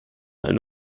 ein